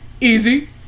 easy